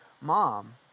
mom